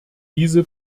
diese